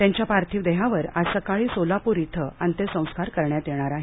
त्यांच्या पार्थिव देहावर आज सकाळी सोलापूर इथं अंत्यसंस्कार करण्यात येणार आहेत